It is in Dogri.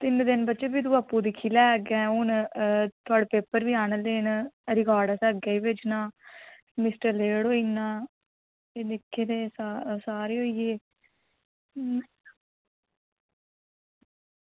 ते इ'न्ने दिन बच्चू फ्ही तूं आपूं दिक्खी लै अग्गै हून थुआढ़े पेपर बी आने आह्ले न रकार्ड असें अग्गें बी भेजना लिस्ट लेट होई जाना ते निक्के दे सा सारे होई गे हां